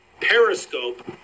Periscope